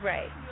Right